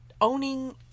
owning